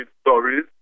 stories